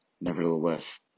Nevertheless